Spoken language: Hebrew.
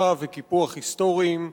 הזנחה וקיפוח היסטוריים,